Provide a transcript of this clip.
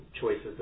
choices